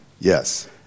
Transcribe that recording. Yes